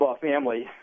family